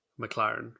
McLaren